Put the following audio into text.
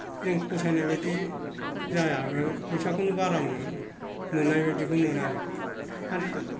जों फसायनाय बायदि जाया फैसाखौनो बारा मोना मोननाय बायदिखौनो मोना जों आरो